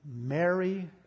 Mary